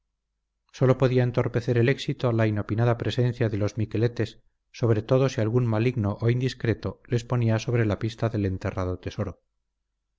sólo podía entorpecer el éxito la inopinada presencia de los miqueletes sobre todo si algún maligno o indiscreto les ponía sobre la pista del enterrado tesoro